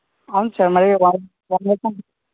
అవున్ సార్ మరి one one week అంటే